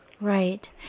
Right